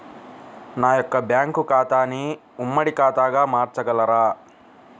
నా యొక్క బ్యాంకు ఖాతాని ఉమ్మడి ఖాతాగా మార్చగలరా?